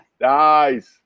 Nice